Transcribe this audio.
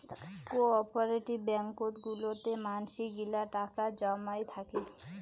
cooperative ব্যাঙ্কত গুলাতে মানসি গিলা টাকা জমাই থাকি